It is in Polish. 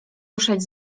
ruszać